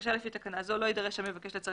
לבקשה לפי תקנה זו לא יידרש המבקש לצרף